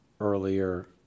earlier